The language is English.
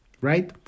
right